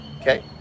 Okay